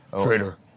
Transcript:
Traitor